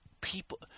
people –